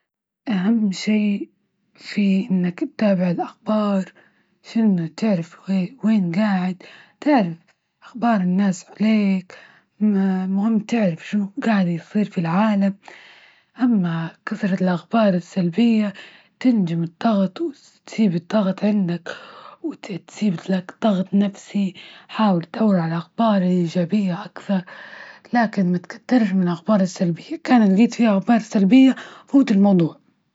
أهم شي في إنك تتابع الأخبار شنو تعرف وين قاعد؟ تعرف أخبار الناس عليك المهم تعرف شنو قاعد يصير في العالم، أما كثرة الأخبار السلبية تندم الضغط ،تسيب الضغط عندك، وتتسيب لك ضغط نفسي ،حاول تدور على أخبار إيجابية أكثر، لكن ما تكترش من الأخبار السلبية ،كان لقيت فيها أخبار سلبية فوت الموضوع.